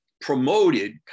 promoted